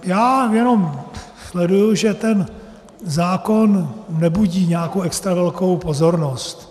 Já jenom sleduji, že ten zákon nebudí nějakou extra velkou pozornost.